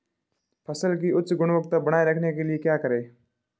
फसल की उच्च गुणवत्ता बनाए रखने के लिए क्या करें?